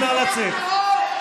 נא לצאת.